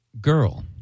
girl